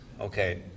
Okay